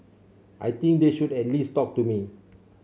I think they should at least talk to me